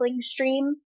stream